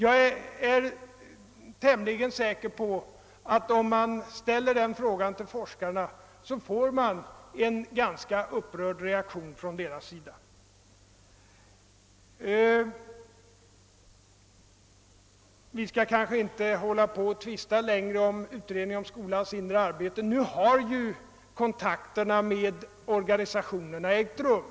Om man ställer denna fråga till forskarna, är jag tämligen säker på att man från deras sida får möta en ganska upprörd reaktion. Vi ;skall kanske inte tvista längre om utredningen om skolans inre arbete. Kontakterna med organisationerna har ju nu ägt rum.